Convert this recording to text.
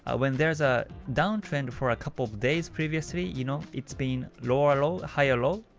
ah when there's a down trend for a couple of days perviously, you know, it's been lower low, higher low,